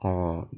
orh